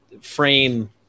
frame